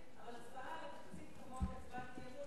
אז בואו,